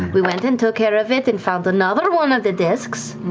we went and took care of it and found another one of the disks.